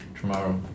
Tomorrow